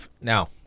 Now